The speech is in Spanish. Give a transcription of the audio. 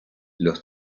los